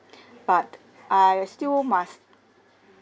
but I still must